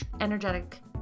energetic